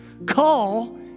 Call